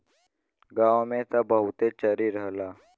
गांव में त बहुते चरी रहला